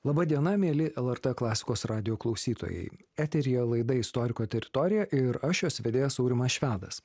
laba diena mieli lrt klasikos radijo klausytojai eteryje laida istoriko teritorija ir aš jos vedėjas aurimas švedas